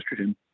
estrogen